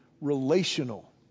relational